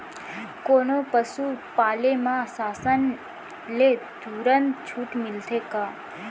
कोनो पसु पाले म शासन ले तुरंत छूट मिलथे का?